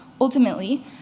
Ultimately